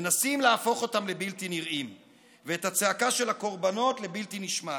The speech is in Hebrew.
מנסים להפוך אותם לבלתי נראים ואת הצעקה של הקורבנות לבלתי נשמעת.